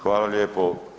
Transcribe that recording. Hvala lijepo.